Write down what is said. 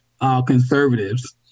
conservatives